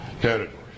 categories